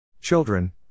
Children